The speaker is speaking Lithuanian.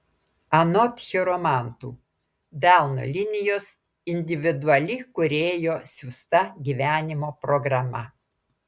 anot chiromantų delno linijos individuali kūrėjo siųsta gyvenimo programa